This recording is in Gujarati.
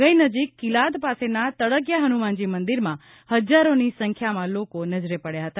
વધઈ નજીક કિલાદ પાસેના તડકીયા હનુમાનજી મંદિરમાં હજારોની સંખ્યામાં લોકો નજરે પડ્યા હતા